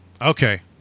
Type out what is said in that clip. Okay